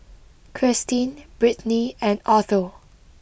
Christeen Brittni and Otho